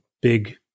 big